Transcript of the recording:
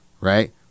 right